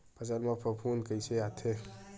फसल मा फफूंद कइसे आथे?